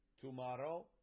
tomorrow